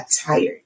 tired